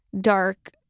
dark